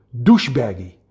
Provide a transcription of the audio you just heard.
douchebaggy